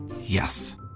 Yes